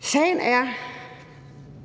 Sagen er,